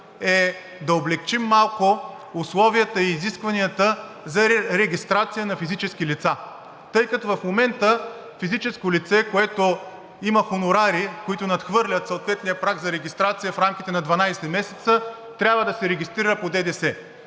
е да облекчим малко условията и изискванията за регистрация на физически лица. Тъй като в момента физическо лице, което има хонорари, които надхвърлят съответния праг за регистрация в рамките на дванадесет месеца, трябва да се регистрира по ДДС.